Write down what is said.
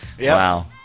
Wow